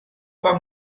pas